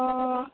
অঁ অঁ